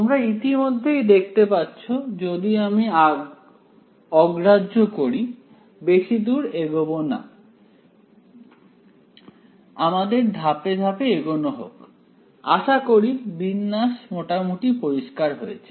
তোমরা ইতিমধ্যেই দেখতে পাচ্ছ যদি আমি অগ্রাহ্য করি বেশিদূর এগোবো না আমাদের ধাপে ধাপে এগোনো হোক আশা করি বিন্যাস মোটামুটি পরিস্কার হয়েছে